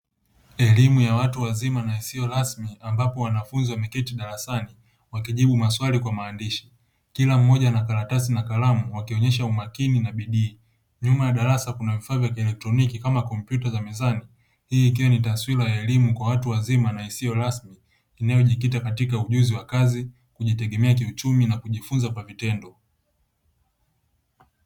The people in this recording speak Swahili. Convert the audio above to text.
Elimu ya watu wazima na isiyo rasmi ambapo wanafunzi wameketi darasani wakijibu maswali kwa maandishi, kila mmoja ana karatasi na kalamu akionyesha umakini na bidii, nyuma ya darasa kuna vifaa vya kielektroniki kama kompyuta za mezani hii ikiwa ni taswira ya elimu kwa watu wazima na isiyo rasmi inayojikita katika ujuzi wa kazi, kujitegemea kiuchumi na kujifunza kwa vitendo.